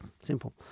Simple